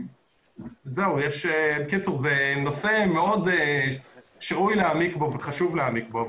זה נושא שראוי להעמיק בו וחשוב להעמיק בו.